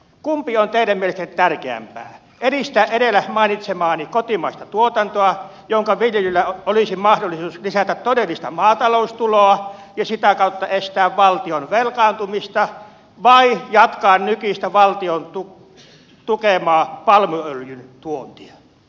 kumpi on teidän mielestänne tärkeämpää edistää edellä mainitsemaani kotimaista tuotantoa jonka viljelyllä olisi mahdollisuus lisätä todellista maataloustuloa ja sitä kautta estää valtion velkaantumista vai jatkaa nykyistä valtion tukemaa paljuöljyn tuontia